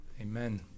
Amen